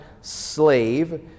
slave